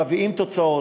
מביאים תוצאות,